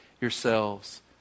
yourselves